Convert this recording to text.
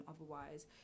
otherwise